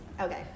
Okay